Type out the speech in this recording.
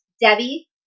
Debbie